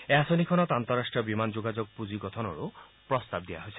এই আঁচনিখনত আন্তঃৰাষ্ট্ৰীয় বিমান যোগাযোগ পুঁজি গঠনৰো প্ৰস্তাৱ দিয়া হৈছে